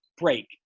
break